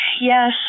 Yes